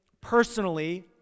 Personally